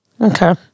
Okay